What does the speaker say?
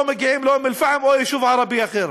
מגיעים לאום-אלפחם או ליישוב ערבי אחר.